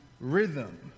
rhythm